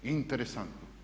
Interesantno!